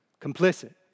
complicit